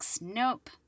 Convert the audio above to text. nope